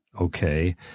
Okay